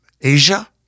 Asia